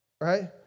right